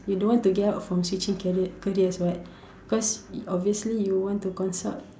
you don't want to get out from switching career careers [what] because obviously you want to consult